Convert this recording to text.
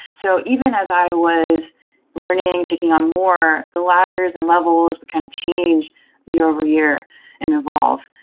so even as i was learn ing, taking on more, the ladders and levels but can change year over year and evolve.